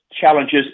challenges